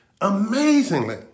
amazingly